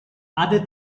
other